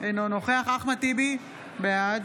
אינו נוכח אחמד טיבי, בעד